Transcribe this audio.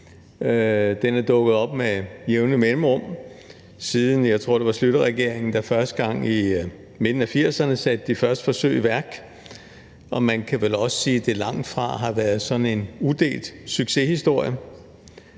Den er dukket op med jævne mellemrum. Jeg tror, at det var Schlüterregeringen, der i midten af 1980'erne satte de første forsøg i værk. Og man kan vel også sige, at det langtfra har været sådan en udelt succeshistorie.